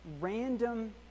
random